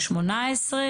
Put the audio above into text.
2018?